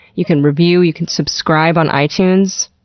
you can review. you can subscribe on itunes.